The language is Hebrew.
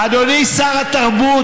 אדוני שר התרבות,